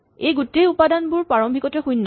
এই গোটেই উপাদানবোৰ প্ৰাৰম্ভিকতে শূণ্য